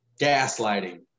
Gaslighting